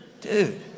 Dude